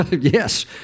Yes